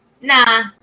nah